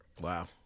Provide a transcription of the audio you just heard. Wow